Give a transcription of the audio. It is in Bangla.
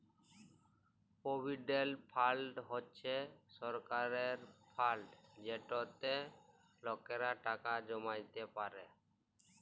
পভিডেল্ট ফাল্ড হছে সরকারের ফাল্ড যেটতে লকেরা টাকা জমাইতে পারে